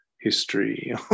history